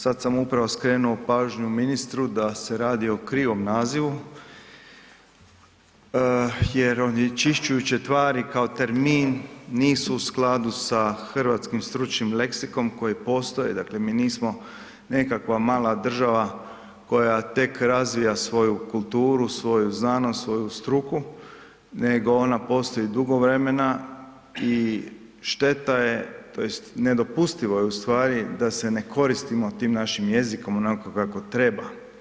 Sad sam upravo skrenuo pažnju ministru da se radi o krivom nazivu jer onečišćujuće tvari kao termin nisu u skladu sa hrvatskim stručnim leksikom koji postoji, dakle mi nismo nekakva mala država koja tek razvija svoju kulturu, svoju znanost, svoju struku, nego ona postoji dugo vremena i šteta je tj. nedopustivo je u stvari da se ne koristimo tim našim jezikom onako kako treba.